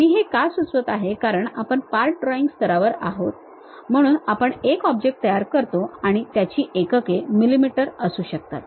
मी हे का सुचवत आहे कारण आपण part drawing स्तरावर आहोत म्हणून आपण एक ऑब्जेक्ट तयार करतो आणि त्याची एकके mm असू शकतात